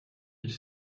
ils